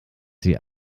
sie